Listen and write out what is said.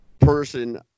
person